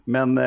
Men